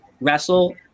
wrestle